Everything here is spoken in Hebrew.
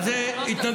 אז זה התנגדות.